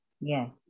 Yes